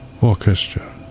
Orchestra